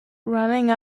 running